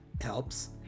helps